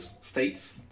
states